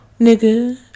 nigga